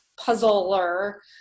puzzler